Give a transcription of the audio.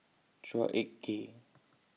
Chua Ek Kay